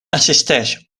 assisteix